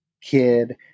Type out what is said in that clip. kid